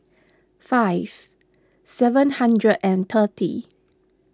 five seven hundred and thirty